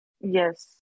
Yes